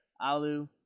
Alu